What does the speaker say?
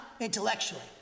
intellectually